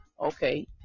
okay